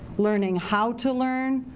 learning how to learn,